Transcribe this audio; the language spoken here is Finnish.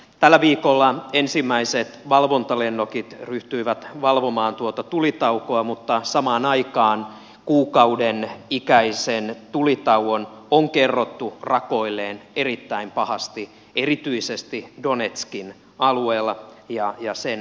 tällä viikolla ensimmäiset valvontalennokit ryhtyivät valvomaan tuota tulitaukoa mutta samaan aikaan kuukauden ikäisen tulitauon on kerrottu rakoilleen erittäin pahasti erityisesti donetskin alueella ja sen lentokentällä